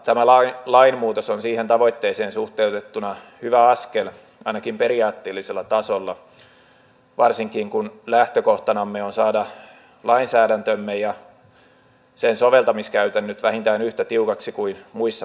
tämä lainmuutos on siihen tavoitteeseen suhteutettuna hyvä askel ainakin periaatteellisella tasolla varsinkin kun lähtökohtanamme on saada lainsäädäntömme ja sen soveltamiskäytännöt vähintään yhtä tiukoiksi kuin muissa pohjoismaissa